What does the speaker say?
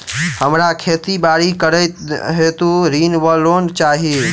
हमरा खेती बाड़ी करै हेतु ऋण वा लोन चाहि?